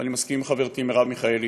ואני מסכים עם חברתי מרב מיכאלי